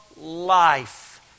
life